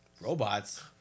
Robots